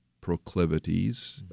proclivities